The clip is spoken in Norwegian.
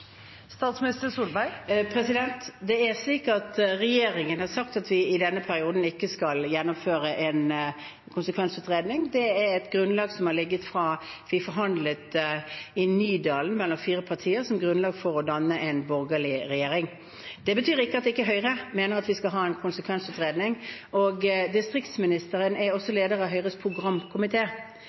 Det er slik at regjeringen har sagt at vi i denne perioden ikke skal gjennomføre en konsekvensutredning. Det er et grunnlag som har ligget fra forhandlingene i Nydalen mellom fire partier for å danne en borgerlig regjering. Det betyr ikke at ikke Høyre mener at vi skal ha en konsekvensutredning. Distriktsministeren er også leder av Høyres